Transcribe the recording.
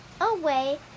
away